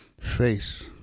face